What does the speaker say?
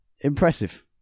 Impressive